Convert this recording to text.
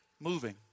moving